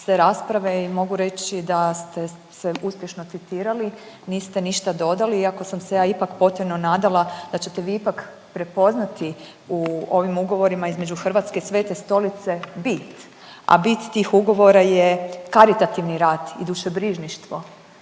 sve rasprave i mogu reći da ste se uspješno citirali, niste ništa dodali iako sam se ja potajno nadala da ćete vi ipak prepoznati u ovim ugovorima između Hrvatske i Svete Stolice bit, a bit tih ugovora je karitativni rad i dušobrižništvo.